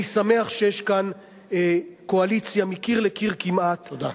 אני שמח שיש כאן קואליציה מקיר לקיר, כמעט, תודה.